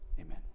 amen